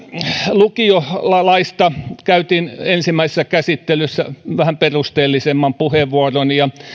lukiolaista käytin ensimmäisessä käsittelyssä vähän perusteellisemman puheenvuoron ja